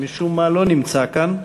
שמשום מה לא נמצא כאן.